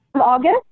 August